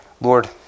Lord